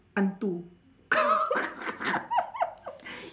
hantu